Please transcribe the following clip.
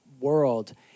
world